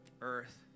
earth